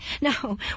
No